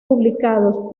publicados